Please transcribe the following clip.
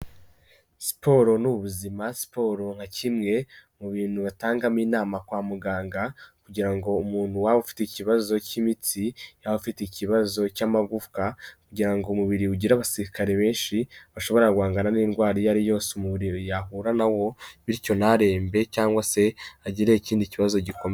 Siporo ni ubuzima, siporo nka kimwe mu bintu batangamo inama kwa muganga kugira ngo umuntu waba ufite ikibazo k'imitsi yaba abafite ikibazo cy'amagufwa, kugira ngo umubiri ugire abasirikare benshi bashobo guhangana n'indwara iyo ari yose mu mubiri yahura nawo, bityo ntarembe cyangwa se agire ikindi kibazo gikomeye.